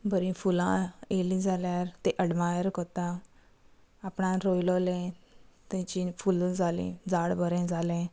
बरी फुलां येयली जाल्यार तें अडमायर करता आपणान रोयलो तांची फूल जाली झाड बरें जालें